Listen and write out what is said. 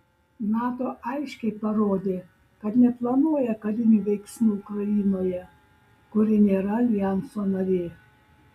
nato aiškiai parodė kad neplanuoja karinių veiksmų ukrainoje kuri nėra aljanso narė